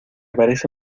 parece